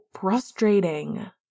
frustrating